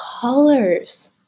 colors